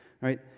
right